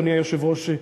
אדוני היושב-ראש,